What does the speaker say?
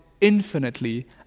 infinitely